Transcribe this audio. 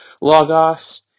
Logos